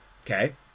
Okay